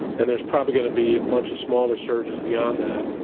and there's probably going to be a bunch of smaller surges beyond that.